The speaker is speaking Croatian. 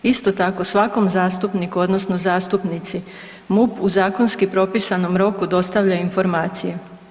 Isto tako svakom zastupniku odnosno zastupnici MUP u zakonski propisanom roku dostavlja informacije.